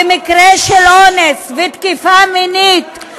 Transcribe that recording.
ומקרה של אונס ותקיפה מינית,